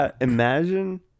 Imagine